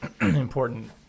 important